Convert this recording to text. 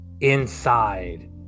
inside